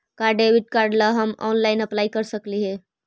का debit card ला हम ऑनलाइन अप्लाई कर सकली हे?